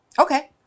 Okay